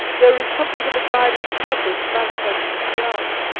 there is something of a guiding purpose manifest throughout,